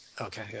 Okay